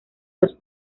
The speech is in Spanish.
los